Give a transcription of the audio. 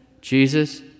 Jesus